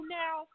now